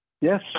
Yes